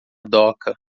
doca